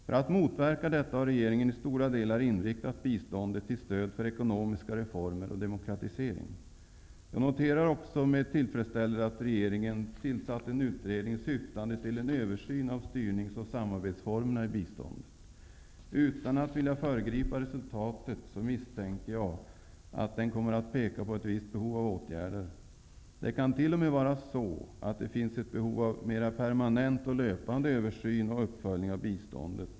För att motverka detta har regeringen i stora delar inriktat biståndet till stöd för ekonomiska reformer och demokratisering. Jag noterar också med tillfredsställelse att regeringen tillsatt en utredning syftande till en översyn av styrnings och samarbetsformerna i biståndet. Utan att vilja föregripa resultatet misstänker jag att den kommer att peka på ett visst behov av åtgärder. Det kan till och med vara så, att det finns ett behov av mera permanent och löpande översyn och uppföljning av biståndet.